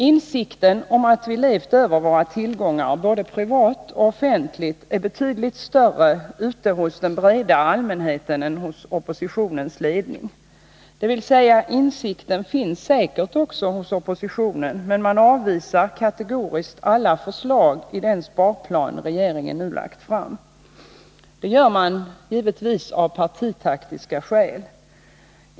Insikten om att vi levt över våra tillgångar både privat och offentligt är betydligt större ute hos den breda allmänheten än hos oppositionens ledning. Dvs. insikten finns säkert också hos oppositionen, men man avvisar kategoriskt alla förslag i den sparplan regeringen nu lagt fram. Det gör man givetvis av partitaktiska skäl.